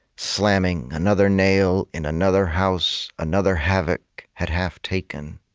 slamming another nail in another house another havoc had half-taken.